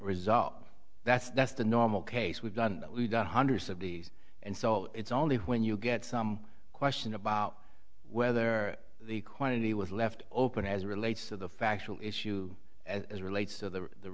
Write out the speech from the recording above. result that's that's the normal case we've done we've done hundreds of these and so it's only when you get some question about whether the quantity was left open as relates to the factual issue as relates to the